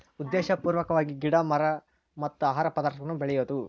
ಉದ್ದೇಶಪೂರ್ವಕವಾಗಿ ಗಿಡಾ ಮರಾ ಮತ್ತ ಆಹಾರ ಪದಾರ್ಥಗಳನ್ನ ಬೆಳಿಯುದು